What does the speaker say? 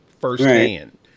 firsthand